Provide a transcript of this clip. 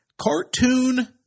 cartoon